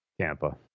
Tampa